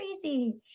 crazy